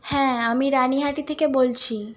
হ্যাঁ আমি রানিহাটি থেকে বলছি